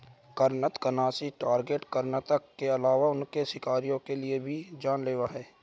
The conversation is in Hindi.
कृन्तकनाशी टारगेट कृतंक के अलावा उनके शिकारियों के लिए भी जान लेवा हैं